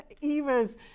Eva's